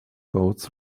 boats